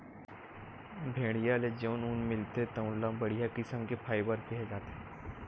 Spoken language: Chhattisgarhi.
भेड़िया ले जउन ऊन मिलथे तउन ल बड़िहा किसम के फाइबर केहे जाथे